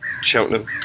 Cheltenham